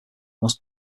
must